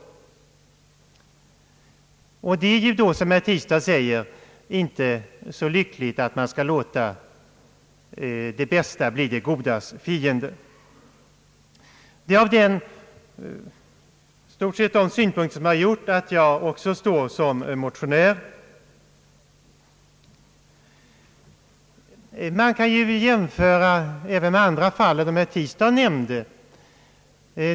Det är, som herr Tistad säger, inte så lyckligt att låta det bästa bli det godas fiende. Det är i stort sett de synpunkterna som har gjort att också jag står som motionär. Man kan ju även jämföra andra fall än de herr Tistad nämnde.